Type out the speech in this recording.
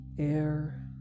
Air